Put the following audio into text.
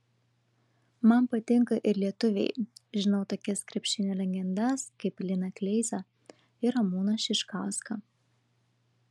man patinka ir lietuviai žinau tokias krepšinio legendas kaip liną kleizą ir ramūną šiškauską